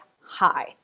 high